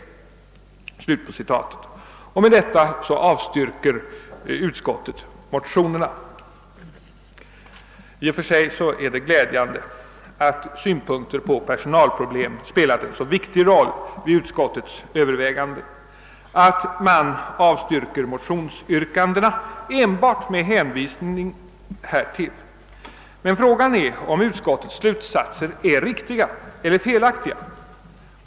Med detta argument avstyrker utskottet motionerna. I och för sig är det glädjande att synpunkter på personalproblemen spelat en så viktig roll vid utskottets övervägande, att man avstyrker motionsyrkandena enbart med hänvisning härtill. Men frågan är, om utskottets slutsatser är riktiga eller felaktiga.